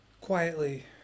Quietly